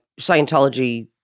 Scientology